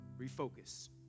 Refocus